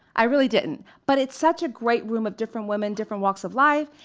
i really didn't. but it's such a great room of different women, different walks of life.